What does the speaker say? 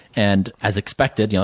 and as expected, you know